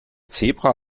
zebra